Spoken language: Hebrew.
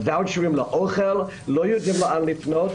לא יודעים לאן לפנות.